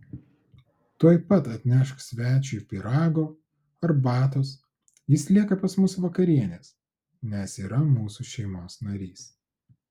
tuoj pat atnešk svečiui pyrago arbatos jis lieka pas mus vakarienės nes yra mūsų šeimos narys